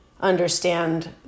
understand